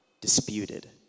disputed